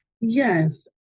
Yes